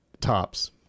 Tops